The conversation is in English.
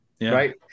right